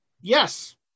Yes